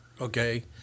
okay